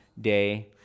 day